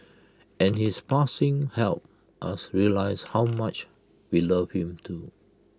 and his passing helped us realise how much we loved him too